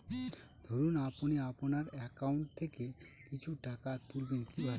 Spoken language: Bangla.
ধরুন আপনি আপনার একাউন্ট থেকে কিছু টাকা তুলবেন কিভাবে?